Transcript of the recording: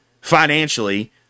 financially